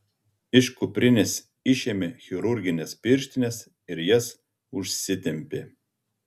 iš kuprinės išėmė chirurgines pirštines ir jas užsitempė